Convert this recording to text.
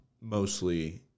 mostly